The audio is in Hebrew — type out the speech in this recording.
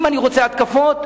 אם אני רוצה התקפות,